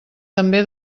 també